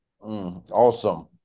Awesome